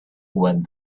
went